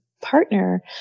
partner